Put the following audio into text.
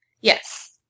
Yes